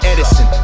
Edison